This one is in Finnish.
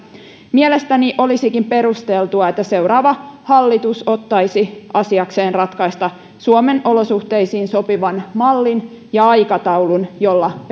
mielestäni olisikin perusteltua että seuraava hallitus ottaisi asiakseen ratkaista suomen olosuhteisiin sopivan mallin ja aikataulun jolla